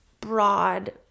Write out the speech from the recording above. broad